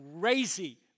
crazy